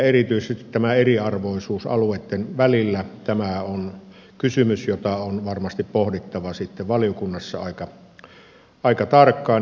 erityisesti tämä eriarvoisuus alueitten välillä on kysymys jota on varmasti pohdittava sitten valiokunnassa aika tarkkaan